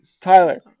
Tyler